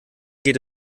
geht